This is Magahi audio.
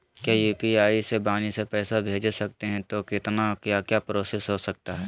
क्या यू.पी.आई से वाणी से पैसा भेज सकते हैं तो कितना क्या क्या प्रोसेस हो सकता है?